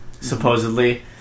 supposedly